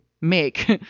make